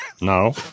No